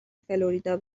فلوریدا